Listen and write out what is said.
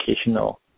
educational